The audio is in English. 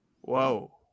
Whoa